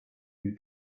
your